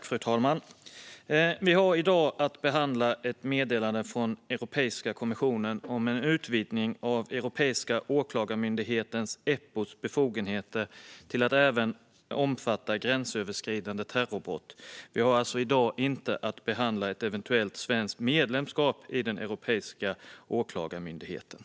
Fru talman! Vi har i dag att behandla ett meddelande från Europeiska kommissionen om en utvidgning av Europeiska åklagarmyndighetens, Eppos, befogenheter till att även omfatta gränsöverskridande terrorbrott. Vi har alltså inte att behandla ett eventuellt svenskt medlemskap i Europeiska åklagarmyndigheten.